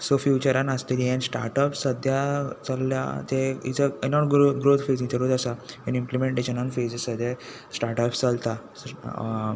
so फ्युवचरान आसतली हें स्टार्टअप सद्द्या चलल्या ते is a in a growth फेजीचेरूच आसा इंप्लीमेंटेशन फेजीसाचेर स्टार्टअप्स चलता